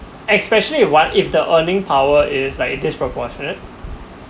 especially you want if the earning power is like disproportionate